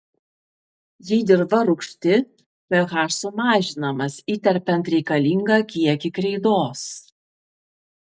jei dirva rūgšti ph sumažinamas įterpiant reikalingą kiekį kreidos